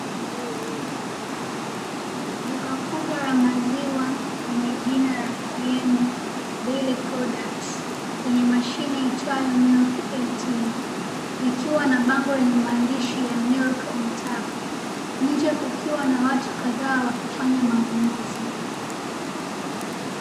Duka kubwa la maziwa lenye jina la "KIENI DAIRY PRODUCT" lenye mashine iitwayo "Milk ATM" Likiwa na bango lenye maandishi ya "MILK ON TAP" huku kukiwa na watu kadhaa wakifanya manunuzi.